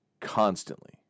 constantly